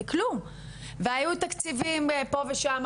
זה כלום והיו תקציבים פה ושמה,